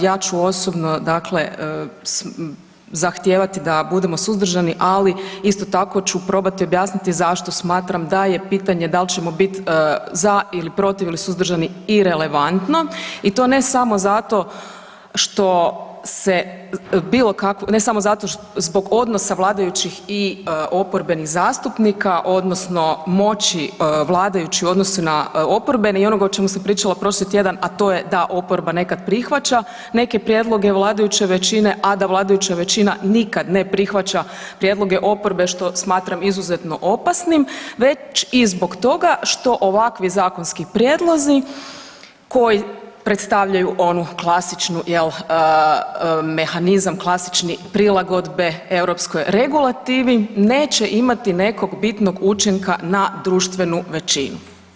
Ja ću osobno dakle zahtijevati da budemo suzdržani, ali isto tako ću probati objasniti zašto smatram da je pitanje da li ćemo biti za ili protiv ili suzdržani irelevantno i to ne samo zato što se bilo kakvo, ne samo zato zbog odnosa vladajućih i oporbenih zastupnika odnosno moći vladajućih u odnosu na oporbene i onoga o čemu sam pričala prošli tjedan, a to je da oporba nekad prihvaća neke prijedloge vladajuće većine, a da vladajuća većina nikad ne prihvaća prijedloge oporbe što smatram izuzetno opasnim, već i zbog toga što ovakvi zakonski prijedlozi koji predstavljaju onu klasičnu jel, mehanizam klasični prilagodbe europskoj regulativi neće imati nekog bitnog učinka na društvenu većinu.